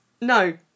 No